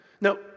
no